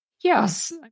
Yes